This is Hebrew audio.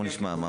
בוא נשמע את